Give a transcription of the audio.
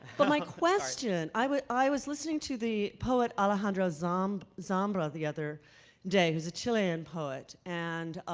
but my question i was i was listening to the poet alejandro zambra zambra the other day, who's a chilean poet. and